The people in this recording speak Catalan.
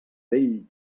vell